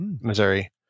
Missouri